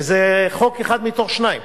וזה חוק אחד מתוך שניים.